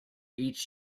each